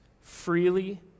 freely